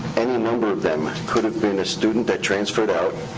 any number of them could have been a student that transferred out,